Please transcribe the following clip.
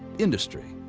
industry,